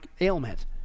ailment